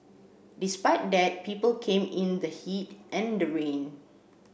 despite that people came in the heat and the rain